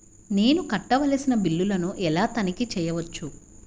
నేను కట్టవలసిన బిల్లులను ఎలా తనిఖీ చెయ్యవచ్చు?